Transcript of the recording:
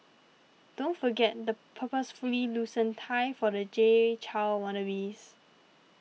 don't forget the purposefully loosened tie for the Jay Chou wannabes